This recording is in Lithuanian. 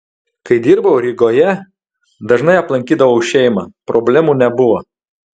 kai dirbau rygoje dažnai aplankydavau šeimą problemų nebuvo